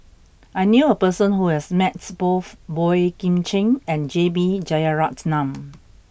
I knew a person who has met both Boey Kim Cheng and J B Jeyaretnam